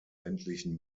ländlichen